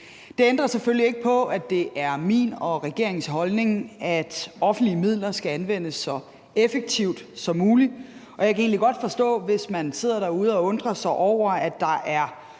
Det ændrer selvfølgelig ikke på, at det er min og regeringens holdning, at offentlige midler skal anvendes så effektivt som muligt. Og jeg kan egentlig godt forstå, hvis man sidder derude og undrer sig over, at der er